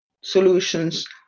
solutions